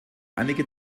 einige